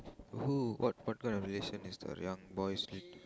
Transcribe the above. who what what kind of relation is the young boy's